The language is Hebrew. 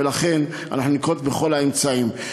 ולכן אנחנו ננקוט את כל האמצעים.